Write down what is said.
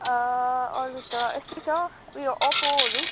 अरू त यस्तै छ उयो ओप्पोहरू